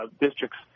districts